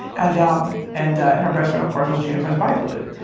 and um and and her best friend, of course, was gina prince-bythewood.